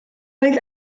oedd